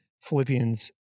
Philippians